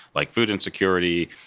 like food insecurity,